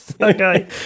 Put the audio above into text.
Okay